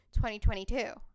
2022